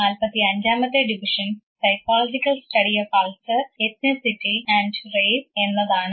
നാല്പത്തി അഞ്ചാമത്തെ division psychological study of culture ethnicity and race എന്നതാണ്